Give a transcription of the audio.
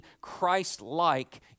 Christ-like